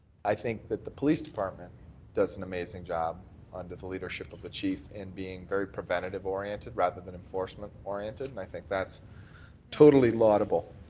i think that the police department does an amazing job under the leadership of the chief and being very preventative oriented rather than enforcement oriented and i think that's totally laudible.